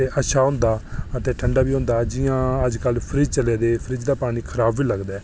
ते अच्छा होंदा ते ठंडा बी होंदा जि'यां अज्जकल फ्रिज़ चले दे फ्रिज दा पानी खराब बी लगदा ऐ